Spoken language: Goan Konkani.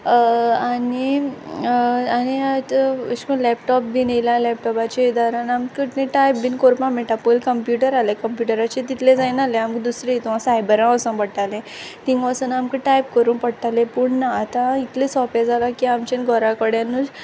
आनी आनी आंत अेश कोन्न लेपटॉप बीन येला लेपटॉपाचे आदारान आमक टायप बीन कोरपा मेटा पोयल कंप्यूटर आहले कंप्युटराचेर तितलें जाय नाहलें आमक दुसरें इंतू साइबरां वोचों पोडटालें तींग ओसोन आमक टायप कोरूं पोटालें पूण आतां इतलें सोंपें जालां की आमच्या घोरा कोडेनूच